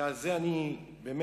ועל זה, אני חושב